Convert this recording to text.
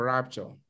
Rapture